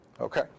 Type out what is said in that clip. Okay